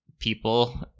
people